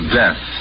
death